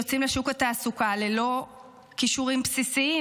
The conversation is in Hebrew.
יוצאים לשוק התעסוקה ללא כישורים בסיסיים,